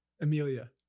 Amelia